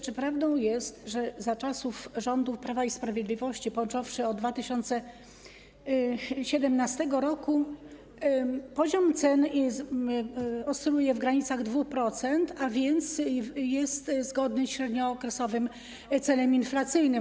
Czy prawdą jest, że za czasów rządów Prawa i Sprawiedliwości, począwszy od 2017 r., poziom cen oscyluje w granicach 2%, a więc jest zgodny ze średniookresowym celem inflacyjnym?